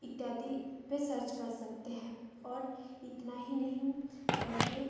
इत्यादि पे सर्च कर सकते हैं और इतना ही नहीं बल्कि